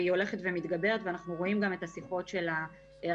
והיא הולכת ומתגברת ואנחנו רואים גם את השיחות של ההשגות.